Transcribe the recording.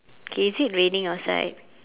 okay is it raining outside